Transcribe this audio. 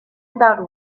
about